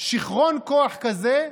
שיכרון כוח כזה,